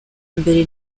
mbere